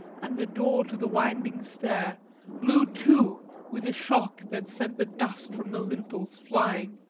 and the door to the winding stair blew to with a shock that set the dust from the lintels flying.